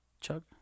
Chuck